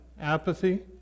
Apathy